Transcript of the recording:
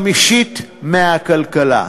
חמישית מהכלכלה.